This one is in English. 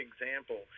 example